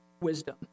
wisdom